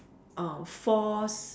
force